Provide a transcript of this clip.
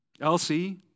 Elsie